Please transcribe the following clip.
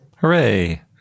Hooray